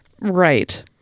Right